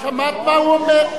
שמעת מה הוא אומר?